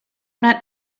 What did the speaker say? not